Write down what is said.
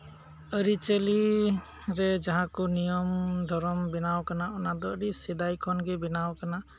ᱟᱹᱨᱤ ᱪᱟᱹᱞᱤ ᱨᱮ ᱡᱟᱦᱟᱸ ᱠᱚ ᱱᱤᱭᱚᱢ ᱫᱷᱚᱨᱚᱢ ᱵᱮᱱᱟᱣ ᱟᱠᱟᱱᱟ ᱚᱱᱟ ᱫᱚ ᱟᱹᱰᱤ ᱥᱮᱫᱟᱭ ᱠᱷᱚᱱᱜᱮ ᱵᱮᱱᱟᱣ ᱟᱠᱟᱱᱟ